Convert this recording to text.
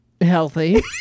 healthy